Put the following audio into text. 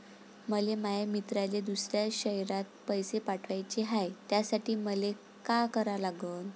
मले माया मित्राले दुसऱ्या शयरात पैसे पाठवाचे हाय, त्यासाठी मले का करा लागन?